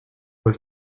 was